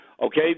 Okay